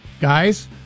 guys